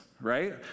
right